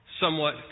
somewhat